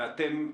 ואתם